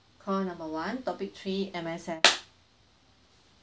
call number one topic three M_S_F